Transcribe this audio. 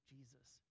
Jesus